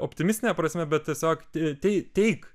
optimistine prasme bet tiesiog tei teik